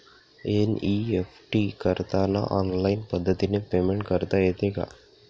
NEFT online ऑनलाईन पद्धतीने payment करता येते का?